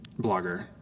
blogger